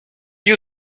you